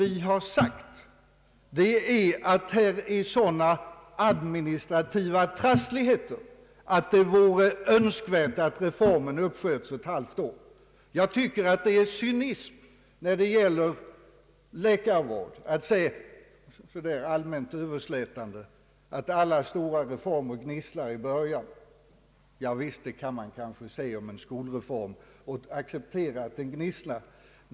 Vi har sagt att här föreligger sådana administrativa trassligheter att det vore önskvärt om reformen uppsköts ett halvår. Jag tycker att det är cynism när det gäller läkarvård att säga så där allmänt överslätande, att alla stora reformer gnisslar i början. Det kan man kanske säga om en skolreform; och man kan kanske acceptera att den gnisslar.